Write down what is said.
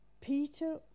Peter